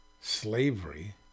slavery